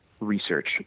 Research